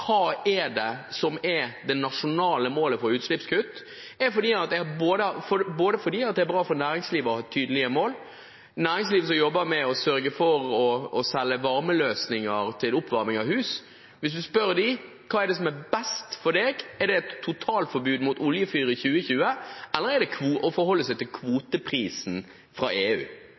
hva som er det nasjonale målet for utslippskutt, er at det er bra for næringslivet å ha tydelige mål. Hvis man spør næringslivet – som jobber med å sørge for å selge varmeløsninger til oppvarming av hus – om hva som er best for dem, om det er et totalforbud mot oljefyr i 2020 eller å forholde seg til kvoteprisen fra EU, vil alle sammen selvsagt si at det er å forholde seg til